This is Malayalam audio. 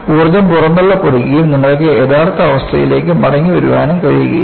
ഊർജ്ജം പുറന്തള്ളപ്പെടുകയും നിങ്ങൾക്ക് യഥാർത്ഥ അവസ്ഥയിലേക്ക് മടങ്ങിവരാനും കഴിയില്ല